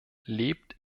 lebt